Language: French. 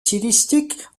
stylistiques